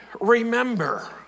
Remember